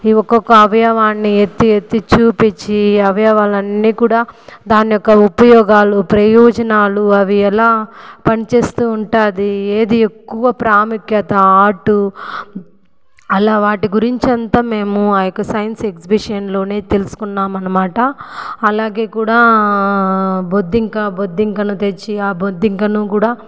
ఈ ఒక్కొక్క అవయవాని ఎత్తి ఎత్తి చూపించి అవయవాలు అన్ని కూడా దాని యొక్క ఉపయోగాలు ప్రయోజనాలు అవి ఎలా పనిచేస్తూ ఉంటుంది ఏది ఎక్కువ ప్రాముఖ్యత అటు ఆల వాటి గురించి అంత మేము ఆ యొక్క సైన్స్ ఎగ్జిబిషన్లోనే తెలుసుకున్నాం అనమాట అలాగే కూడా బొద్దింక బొద్దింకను తెచ్చి ఆ బొద్దింకను కూడా